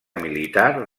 militar